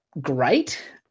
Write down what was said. great